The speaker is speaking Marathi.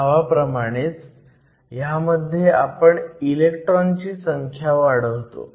नावाप्रमाणेच ह्यामध्ये आपण इलेक्ट्रॉनची संख्या वाढवतो